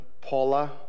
Paula